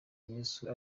yesu